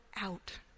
out